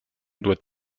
doit